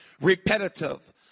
Repetitive